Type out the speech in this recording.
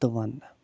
تہٕ ونٛنہٕ